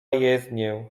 jezdnię